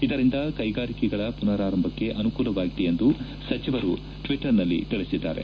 ಇದರಿಂದ ಕೈಗಾರಿಕೆಗಳ ಪುನರಾರಂಭಕ್ಕೆ ಅನುಕೂಲವಾಗಿದೆ ಎಂದು ಸಚಿವರು ಟ್ವಿಟ್ಟರ್ನಲ್ಲಿ ತಿಳಿಸಿದ್ದಾರೆ